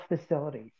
facilities